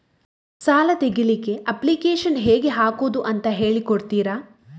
ಸಾಲ ತೆಗಿಲಿಕ್ಕೆ ಅಪ್ಲಿಕೇಶನ್ ಹೇಗೆ ಹಾಕುದು ಅಂತ ಹೇಳಿಕೊಡ್ತೀರಾ?